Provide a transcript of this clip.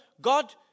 God